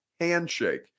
handshake